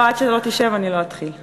לא, עד שלא תשב אני לא אתחיל.